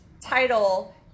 title